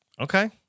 Okay